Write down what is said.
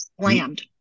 slammed